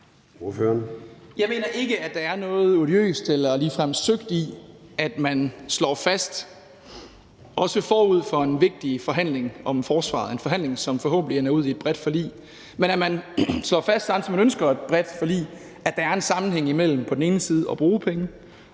Jeg mener ikke, at der er noget odiøst eller ligefrem søgt i, at man – også forud for en vigtig forhandling om forsvaret, en forhandling, som forhåbentlig ender ud i et bredt forlig – ønsker et bredt forlig, samtidig med at man også slår fast, at der er en sammenhæng imellem på den ene side at bruge penge